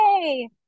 Yay